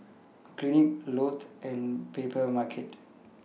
Clinique Lotte and Papermarket